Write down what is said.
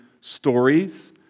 stories